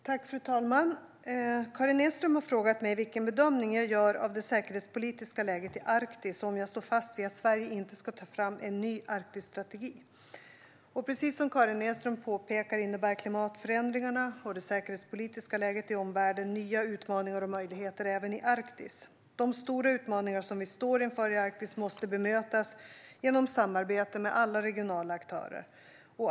Fru talman! Karin Enström har frågat mig vilken bedömning jag gör av det säkerhetspolitiska läget i Arktis och om jag står fast vid att Sverige inte ska ta fram en ny Arktisstrategi. Precis som Karin Enström påpekar innebär klimatförändringarna och det säkerhetspolitiska läget i omvärlden nya utmaningar och möjligheter även i Arktis. De stora utmaningar som vi står inför i Arktis måste bemötas genom samarbete med alla regionala aktörer.